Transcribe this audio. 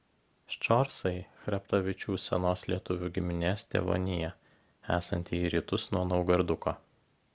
ščorsai chreptavičių senos lietuvių giminės tėvonija esanti į rytus nuo naugarduko